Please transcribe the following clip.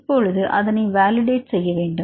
இப்பொழுது அதனை வேலிடேட் செய்ய வேண்டும்